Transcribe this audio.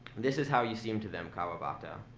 this is how you seem to them, kawabata,